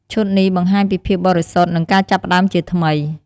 ឈុតនេះបង្ហាញពីភាពបរិសុទ្ធ និងការចាប់ផ្តើមជាថ្មី។